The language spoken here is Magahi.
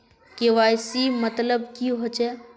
के.वाई.सी मतलब की होचए?